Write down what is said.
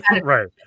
Right